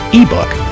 ebook